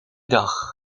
dag